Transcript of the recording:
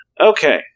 Okay